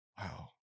wow